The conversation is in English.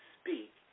speak